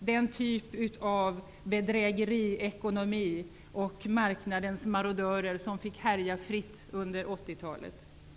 den typ av bedrägeriekonomi och marknadens marodörer som fick härja fritt under 80-talet.